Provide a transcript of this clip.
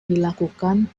dilakukan